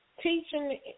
teaching